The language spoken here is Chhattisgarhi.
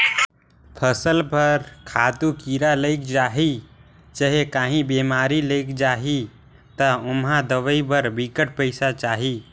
फसल बर खातू, कीरा लइग जाही चहे काहीं बेमारी लइग जाही ता ओम्हां दवई बर बिकट पइसा चाही